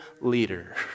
leader